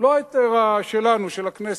לא ההיתר שלנו, של הכנסת.